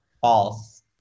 false